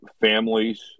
families